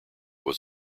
was